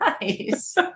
nice